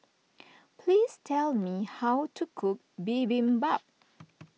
please tell me how to cook Bibimbap